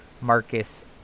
Marcus